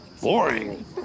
boring